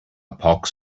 pox